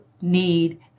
need